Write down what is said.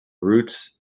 roots